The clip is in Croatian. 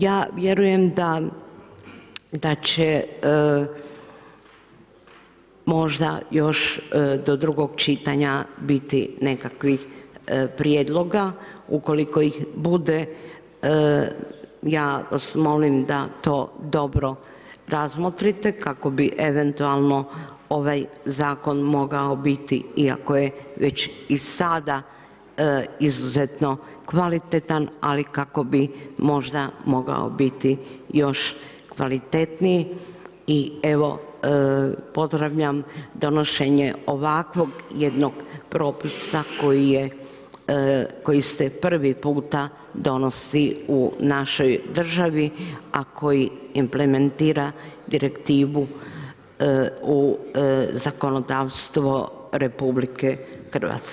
Ja vjerujem da će možda još do drugog čitanja biti nekakvih prijedloga, ukoliko ih bude, ja vas molim da to dobro razmotrit kako bi eventualno ovaj zakon mogao biti iako je već i sada izuzetno kvalitetan, ali kako bi možda mogao biti još kvalitetniji i evo, pozdravljam donošenje ovakvog jednog propisa koji se prvi puta donosi u našoj državi a koji implementira direktivu u zakonodavstvo RH.